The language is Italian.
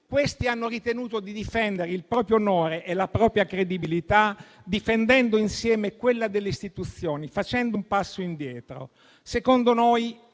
Questi hanno ritenuto di difendere il proprio onore e la propria credibilità, difendendo insieme quella delle istituzioni facendo un passo indietro. Secondo noi,